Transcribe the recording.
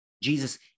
Jesus